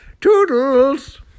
Toodles